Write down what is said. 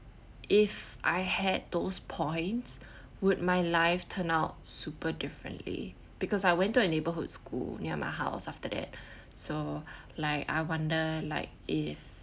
if I had those points would my life turn out super differently because I went to a neighborhood school near my house after that so like I wonder like if